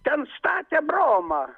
ten statė abraomą